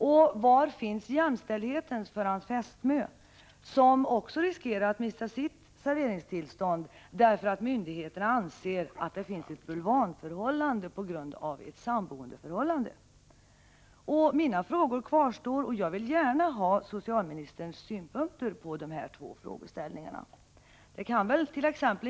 Och var finns jämställdheten för hans fästmö, som riskerar att mista sitt serveringstillstånd därför att myndigheterna anser att det föreligger ett bulvanförhållande på grund av en samboenderelation? Mina frågor kvarstår, och jag vill gärna ha socialministerns synpunkter på de här två frågeställningarna. Det kan vält.ex.